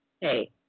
Hey